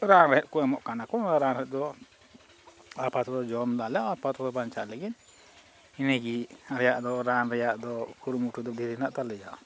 ᱨᱟᱱ ᱨᱮᱦᱮᱫ ᱠᱚ ᱮᱢᱚᱜ ᱠᱟᱱᱟ ᱠᱚ ᱨᱟᱱ ᱨᱮᱫᱚ ᱟᱯᱟᱛᱚᱛᱚ ᱡᱚᱢ ᱫᱟᱞᱮ ᱟᱯᱟᱛᱚᱛᱚ ᱨᱮ ᱵᱟᱧᱪᱟᱜ ᱞᱟᱹᱜᱤᱫ ᱤᱱᱟᱹᱜᱮ ᱫᱚ ᱨᱟᱱ ᱨᱮᱭᱟᱜ ᱫᱚ ᱠᱩᱨᱩᱢᱩᱴᱩ ᱫᱚ ᱰᱷᱮᱨ ᱢᱮᱱᱟᱜ ᱛᱟᱞᱮᱭᱟ